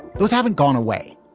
those haven't gone away.